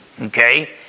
Okay